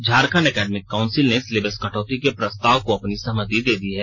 Jharkhand academic council ने syllabus कटौती के प्रस्ताव को अपनी सहमति दे दी है